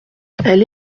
elle